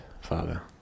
father